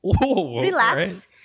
relax